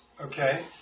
Okay